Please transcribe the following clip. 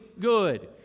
good